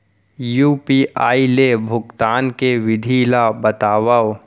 UPI ले भुगतान के विधि ला बतावव